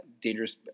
dangerous